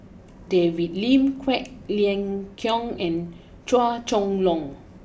David Lim Quek Ling Kiong and Chua Chong long